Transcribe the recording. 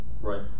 right